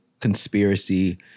conspiracy